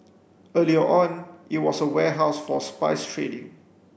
earlier on it was a warehouse for spice trading